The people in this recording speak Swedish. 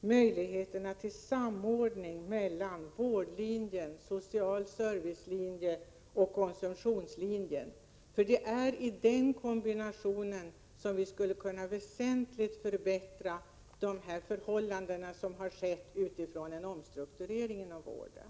möjligheterna till samordning mellan vårdlinje, social servicelinje och konsumtionslinje. Det är i den kombinationen som vi väsentligt skulle kunna förbättra förhållandena utifrån en omstrukturering av vården.